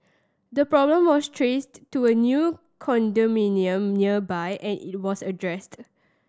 the problem was traced to a new condominium nearby and it was addressed